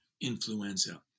influenza